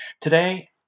Today